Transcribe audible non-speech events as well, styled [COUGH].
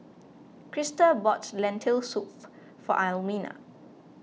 Christa bought Lentil Soup [NOISE] for Almina